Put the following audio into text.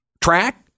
track